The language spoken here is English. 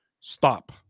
stop